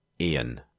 Ian